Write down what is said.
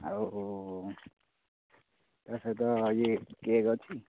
ଆଉ ତା' ସହିତ ଇଏ କେକ୍ ଅଛି